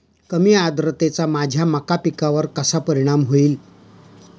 कमी आर्द्रतेचा माझ्या मका पिकावर कसा परिणाम होईल?